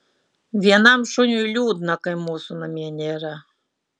vienam šuniui liūdna kai mūsų namie nėra